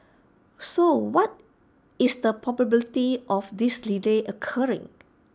so what is the probability of this delay occurring